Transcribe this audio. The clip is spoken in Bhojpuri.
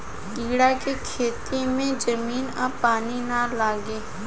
कीड़ा के खेती में जमीन आ पानी ना लागे